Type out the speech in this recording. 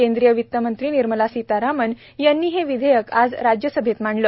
केंद्रीय वित्तमंत्री निर्मला सीतारामण यांनी हे विधेयक आज राज्यसभेत मांडलं